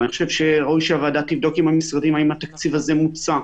אני חושב שראוי שהוועדה תבדוק עם המשרדים האם התקציב הזה מוצה.